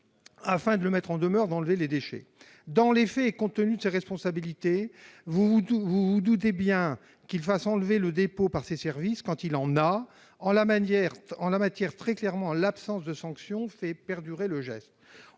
afin de le mettre en demeure d'enlever les déchets. Dans les faits, compte tenu de ses responsabilités, vous vous doutez bien que le maire fait enlever les déchets par ses services, quand il en a. En la matière, très clairement, l'absence de sanction fait perdurer le geste.